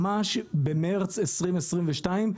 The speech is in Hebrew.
ממש במרץ 2022,